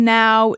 now